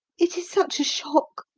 it is such a shock